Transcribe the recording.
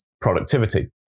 productivity